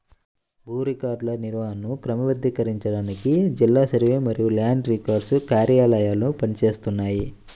భూ రికార్డుల నిర్వహణను క్రమబద్ధీకరించడానికి జిల్లా సర్వే మరియు ల్యాండ్ రికార్డ్స్ కార్యాలయాలు పని చేస్తున్నాయి